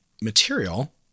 material